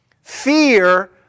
Fear